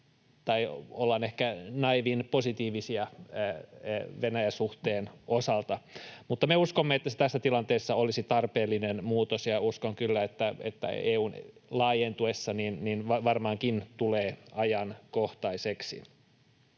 ollaan ehkä naiivin positiivisia Venäjä-suhteen osalta. Mutta me uskomme, että tässä tilanteessa se olisi tarpeellinen muutos, ja uskon kyllä, että EU:n laajentuessa se varmaankin tulee ajankohtaiseksi.